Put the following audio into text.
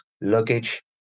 luggage